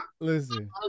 Listen